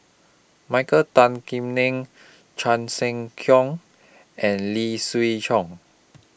Michael Tan Kim Nei Chan Sek Keong and Lee Siew Choh